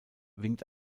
winkt